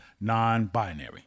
non-binary